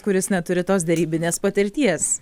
kuris neturi tos derybinės patirties